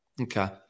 Okay